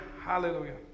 Hallelujah